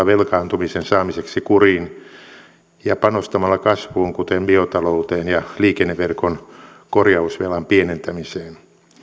velkaantumisen saamiseksi kuriin ja panostamalla kasvuun kuten biotalouteen ja liikenneverkon korjausvelan pienentämiseen